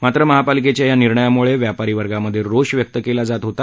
मात्र महापालिकेच्या या निर्णयाम्ळे व्यापारी वर्गामध्ये रोष व्यक्त केला जात होता